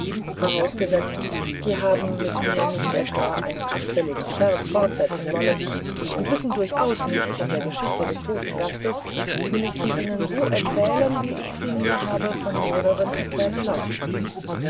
vorausgesetzt sie haben mit mir nicht etwa einen abfälligen scherz fortsetzen wollen und wissen durchaus nichts von der geschichte des toten gastes will ich sie ihnen so erzählen wie ich sie mir habe von mehreren erzählen lassen